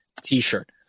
t-shirt